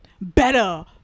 better